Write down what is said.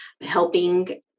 helping